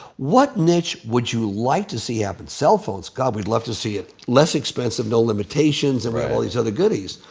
what niche would you like to see happen? cell phones, god, we'd love to see it less expensive, no limitations, all these other goodies.